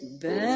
better